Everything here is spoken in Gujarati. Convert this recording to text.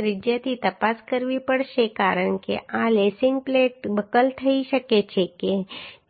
ત્રિજ્યાથી તપાસ કરવી પડશે કારણ કે આ લેસીંગ પ્લેટ બકલ થઈ શકે છે કે